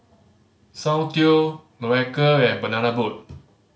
Soundteoh Loacker and Banana Boat